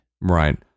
Right